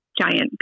giant